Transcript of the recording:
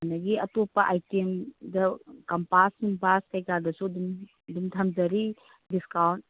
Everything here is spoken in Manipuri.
ꯑꯗꯒꯤ ꯑꯇꯣꯞꯄ ꯑꯥꯏꯇꯦꯝꯗ ꯀꯝꯄꯥꯁ ꯅꯨꯡꯄꯥꯁ ꯀꯩꯀꯥꯗꯨꯁꯨ ꯑꯗꯨꯝ ꯑꯗꯨꯝ ꯊꯝꯖꯔꯤ ꯗꯤꯁꯀꯥꯎꯟ